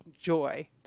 joy